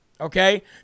okay